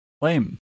Lame